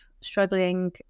struggling